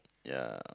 ya